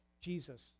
Jesus